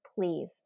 Please